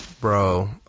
Bro